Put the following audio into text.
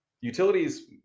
Utilities